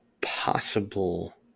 possible